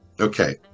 Okay